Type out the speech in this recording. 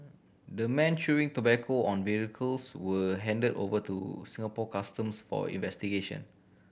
the men chewing tobacco and vehicles were handed over to Singapore Customs for investigation